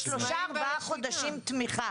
לשלושה-ארבעה חודשים תמיכה.